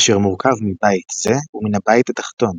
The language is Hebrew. אשר מורכב מבית זה ומן הבית התחתון,